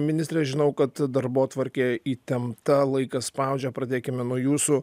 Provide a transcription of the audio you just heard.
ministre žinau kad darbotvarkė įtempta laikas spaudžia pradėkime nuo jūsų